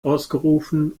ausgerufen